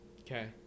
Okay